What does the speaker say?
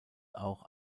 auch